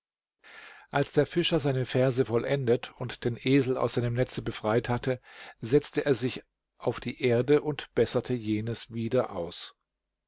als der fischer seine verse vollendet und den esel aus seinem netze befreit hatte setzte er sich auf die erde und besserte jenes wieder aus